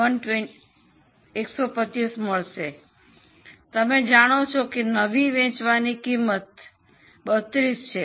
125 મળશે તમે જાણો છો કે નવી વેચવાની કિંમત 32 છે